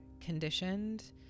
conditioned